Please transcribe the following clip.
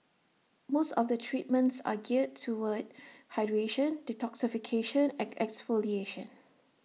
most of the treatments are geared toward hydration detoxification and exfoliation